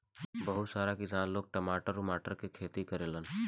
बहुत सारा किसान लोग टमाटर उमाटर के खेती करेलन